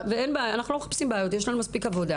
תודה, גברתי היושבת-ראש, תודה לכל האנשים בוועדה.